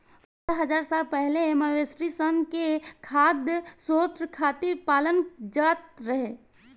बारह हज़ार साल पहिले मवेशी सन के खाद्य स्रोत खातिर पालल जात रहे